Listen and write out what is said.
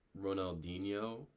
Ronaldinho